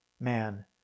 Man